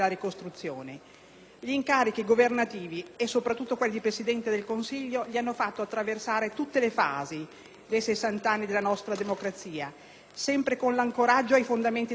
Gli incarichi governativi, e soprattutto quello di Presidente del Consiglio, gli hanno fatto attraversare tutte le diverse fasi dei 60 anni della nostra democrazia, sempre con l'ancoraggio ai fondamenti della Costituzione.